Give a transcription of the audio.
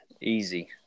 Easy